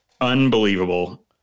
unbelievable